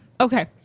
okay